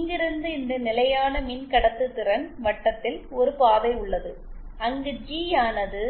இங்கிருந்து இந்த நிலையான மின்கடத்துதிறன் வட்டத்தில் ஒரு பாதை உள்ளது அங்கு ஜி ஆனது